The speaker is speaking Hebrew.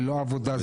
ולא עבודה זרה.